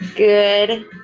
Good